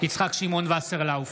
יצחק שמעון וסרלאוף,